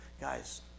Guys